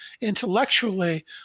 intellectually